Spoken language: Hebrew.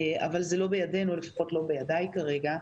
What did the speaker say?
אבל זה לא בידינו, לפחות לא בידיי כרגע.